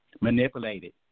manipulated